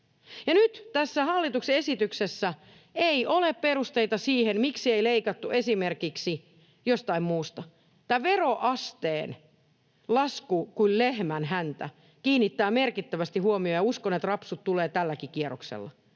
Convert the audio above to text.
nyt tässä hallituksen esityksessä ei ole perusteita siihen, miksi ei leikattu esimerkiksi jostain muusta. Tämä veroasteen lasku kuin lehmän häntä kiinnittää merkittävästi huomiota, ja uskon, että rapsut tulevat tälläkin kierroksella.